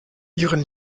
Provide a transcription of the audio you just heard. ihren